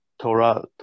Torah